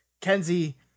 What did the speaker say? Kenzie